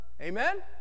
Amen